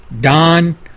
Don